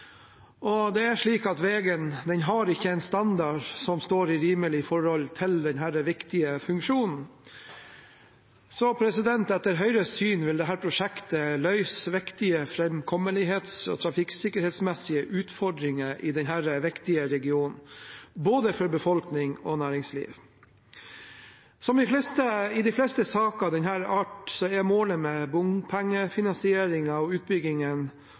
rimelig forhold til denne viktige funksjonen. Etter Høyres syn vil dette prosjektet løse viktige framkommelighets- og trafikksikkerhetsmessige utfordringer i denne viktige regionen – for både befolkning og næringsliv. Som i de fleste saker av denne art, er målet med bompengefinansieringen og utbyggingen